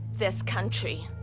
this country?